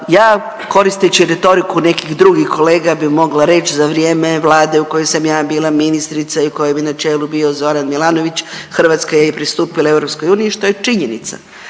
Ja koristeći retoriku nekih drugih kolega bi mogla reći, za vrijeme Vlade u kojoj sam ja bila ministrica i kojem je na čelu bio Zoran Milanović, Hrvatska je pristupila EU, što je činjenica,